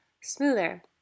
smoother